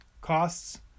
costs